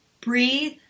breathe